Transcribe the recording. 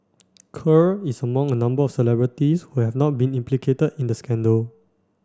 Kerr is among a number of celebrities who have not been implicated in the scandal